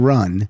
Run